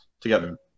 together